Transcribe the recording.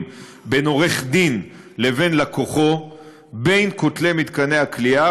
בין עורך-דין לבין לקוחו בין כותלי מתקני הכליאה,